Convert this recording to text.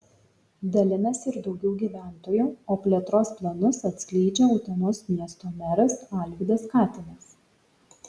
dalinasi ir daugiau gyventojų o plėtros planus atskleidžia utenos miesto meras alvydas katinas